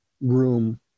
room